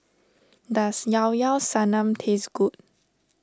does Llao Llao Sanum taste good